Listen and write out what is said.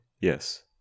Yes